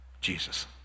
Jesus